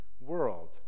world